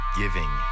giving